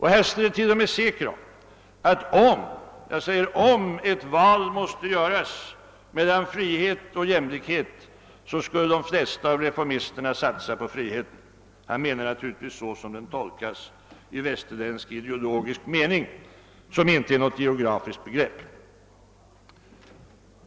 Haseler är till och med säker på att >om> — jag betonar om — »ett val måste göras mellan frihet och jämlikhet så skulle de flesta av reformisterna satsa på friheten». Han menar naturligtvis såsom friheten tolkas i västerländsk ideologisk mening — »västerländsk« är här inte något geografiskt begrepp.